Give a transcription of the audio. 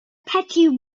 petty